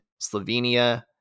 slovenia